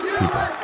people